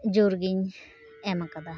ᱡᱳᱨ ᱜᱤᱧ ᱮᱢ ᱟᱠᱟᱫᱟ